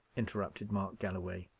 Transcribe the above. interrupted mark galloway,